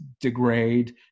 degrade